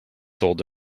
sold